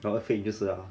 after fake 你就死了 ah